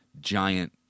giant